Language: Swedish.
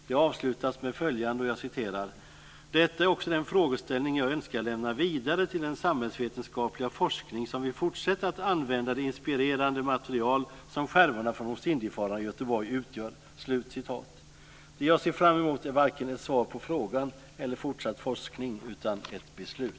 Det avslutas med följande: "Detta är också den frågeställning jag önskar lämna vidare till den samhällsvetenskapliga forskning, som vill fortsätta att använda det inspirerande material, som skärvorna från Ostindiefararen Götheborg utgör." Vad jag ser fram emot är varken ett svar på frågan eller fortsatt forskning utan det är ett beslut!